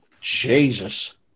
Jesus